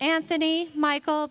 anthony michael